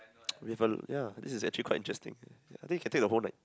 we have a ya this is actually quite interesting ya I think you can take the whole night